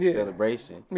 celebration